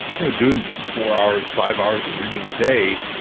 you know, doing four hours, five hours of reading a day.